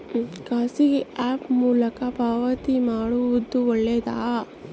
ಖಾಸಗಿ ಆ್ಯಪ್ ಮೂಲಕ ಪಾವತಿ ಮಾಡೋದು ಒಳ್ಳೆದಾ?